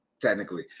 technically